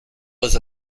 was